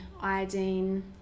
iodine